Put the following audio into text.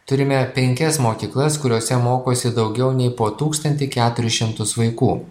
turime penkias mokyklas kuriose mokosi daugiau nei po tūkstantį keturis šimtus vaikų